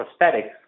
prosthetics